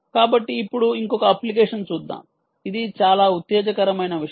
కాబట్టి ఇప్పుడు ఇంకొక అప్లికేషన్ చూద్దాం ఇది చాలా ఉత్తేజకరమైన విషయం